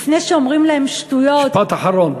לפני שאומרים להם "שטויות" משפט אחרון.